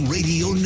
Radio